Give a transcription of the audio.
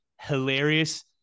hilarious